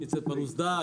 לשניצל פרוס דק,